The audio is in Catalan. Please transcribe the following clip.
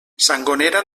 sangonera